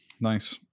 Nice